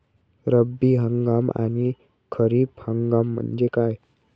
रब्बी हंगाम आणि खरीप हंगाम म्हणजे काय?